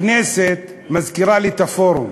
הכנסת מזכירה לי את הפורום,